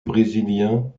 brésiliens